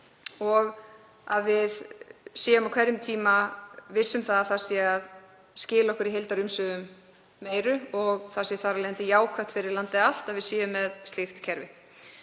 og að við séum á hverjum tíma viss um að það sé að skila okkur meiru í heildarumsvifum og það sé þar af leiðandi jákvætt fyrir landið allt að við séum með slíkt kerfi.